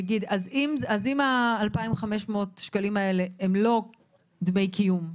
תגיד, אז אם ה-2,500 שקלים האלה הם לא דמי קיום,